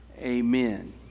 Amen